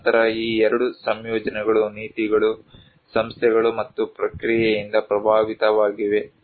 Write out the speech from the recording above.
ತದನಂತರ ಈ ಎರಡು ಸಂಯೋಜನೆಗಳು ನೀತಿಗಳು ಸಂಸ್ಥೆಗಳು ಮತ್ತು ಪ್ರಕ್ರಿಯೆಯಿಂದ ಪ್ರಭಾವಿತವಾಗಿವೆ